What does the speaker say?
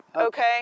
Okay